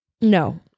No